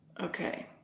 Okay